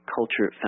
Culture